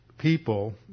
people